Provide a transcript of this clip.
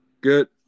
good